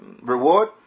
reward